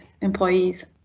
employees